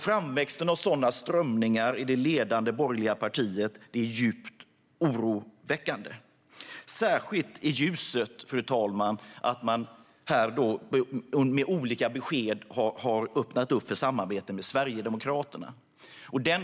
Framväxten av sådana strömningar i det ledande borgerliga partiet är djupt oroväckande, särskilt i ljuset av att man här med olika besked har öppnat för samarbete med Sverigedemokraterna.